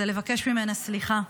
הוא לבקש ממנה סליחה,